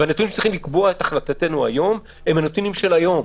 הנתונים שצריכים לקבוע את החלטתנו היום הם הנתונים שיש היום.